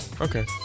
okay